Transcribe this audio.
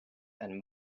and